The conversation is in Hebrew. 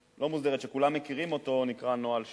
שכולם מכירים אותו, נקרא נוהל 6,